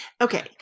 Okay